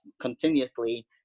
continuously